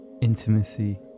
intimacy